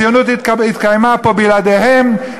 הציונות התקיימה פה בלעדיהם,